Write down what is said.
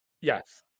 Yes